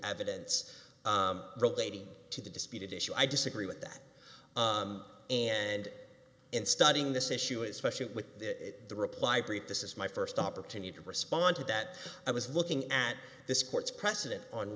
evidence relating to the disputed issue i disagree with that and in studying this issue especially with the reply brief this is my first opportunity to respond to that i was looking at this court's precedent on